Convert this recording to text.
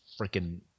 freaking